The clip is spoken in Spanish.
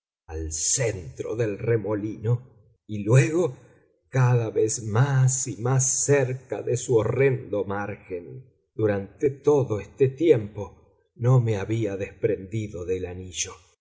al centro del remolino y luego cada vez más y más cerca de su horrendo margen durante todo este tiempo no me había desprendido del anillo